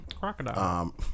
Crocodile